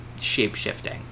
shape-shifting